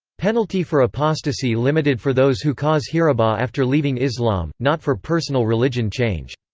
penalty for apostasy limited for those who cause hirabah after leaving islam, not for personal religion change.